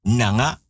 nanga